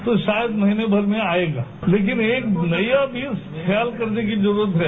तो शायद महीने भर में आएगा लेकिन एक बुराई भी ख्याल करने की जरूरत है